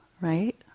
right